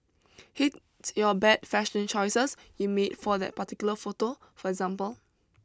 hate your bad fashion choices you made for that particular photo for example